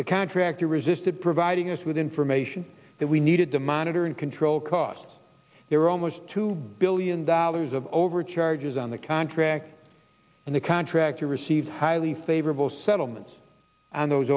the contractor resisted providing us with information that we needed to monitor and control costs there were almost two billion dollars of overcharges on the contract and the contractor received highly favorable settlements and those